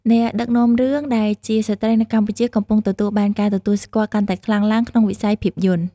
អ្នកដឹកនាំរឿងដែលជាស្ត្រីនៅកម្ពុជាកំពុងទទួលបានការទទួលស្គាល់កាន់តែខ្លាំងឡើងក្នុងវិស័យភាពយន្ត។